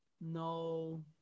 no